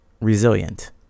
resilient